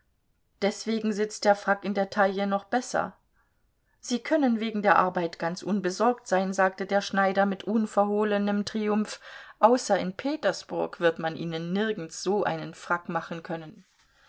deswegen sitzt der frack in der taille noch besser sie können wegen der arbeit ganz unbesorgt sein sagte der schneider mit unverhohlenem triumph außer in petersburg wird man ihnen nirgends so einen frack machen können